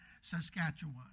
Saskatchewan